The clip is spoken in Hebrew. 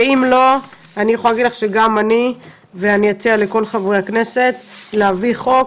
ואם לא אני יכולה להגיד לך שאני אציע לכל חברי הכנסת להביא חוק